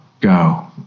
go